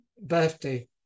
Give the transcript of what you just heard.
birthday